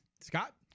Scott